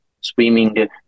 swimming